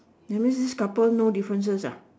that means this couple no differences ah